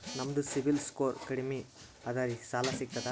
ನಮ್ದು ಸಿಬಿಲ್ ಸ್ಕೋರ್ ಕಡಿಮಿ ಅದರಿ ಸಾಲಾ ಸಿಗ್ತದ?